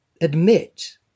admit